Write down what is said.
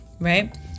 right